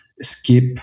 skip